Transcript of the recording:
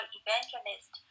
evangelist